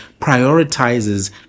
prioritizes